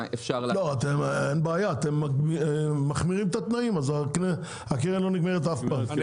אתם מחמירים את התנאים, אז הקרן לא נגמרת אף פעם.